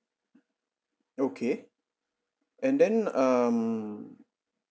okay and then um